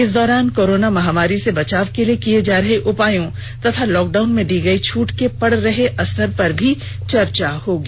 इस दौरान कोरोना महामारी से बचाव के लिए किए जा रहे उपायों तथा लॉकडाउन में दी गई छूट के पड़ रहे असर पर भी चर्चा होगी